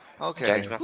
Okay